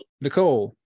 Nicole